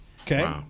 Okay